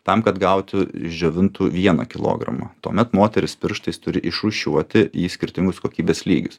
tam kad gautų išdžiovintų vieną kilogramą tuomet moteris pirštais turi išrūšiuoti į skirtingus kokybės lygius